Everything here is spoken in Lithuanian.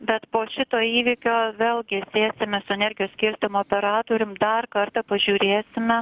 bet po šito įvykio vėlgi spėsime su energijos skirstymo operatorium dar kartą pažiūrėsime